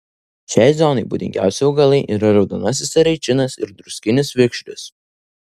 šiai zonai būdingiausi augalai yra raudonasis eraičinas ir druskinis vikšris